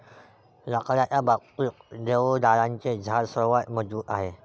लाकडाच्या बाबतीत, देवदाराचे झाड सर्वात मजबूत आहे